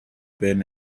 been